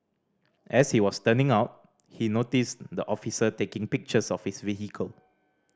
as he was turning out he noticed the officer taking pictures of his vehicle